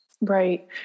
Right